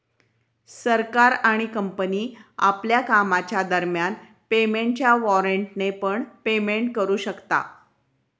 सरकार आणि कंपनी आपल्या कामाच्या दरम्यान पेमेंटच्या वॉरेंटने पण पेमेंट करू शकता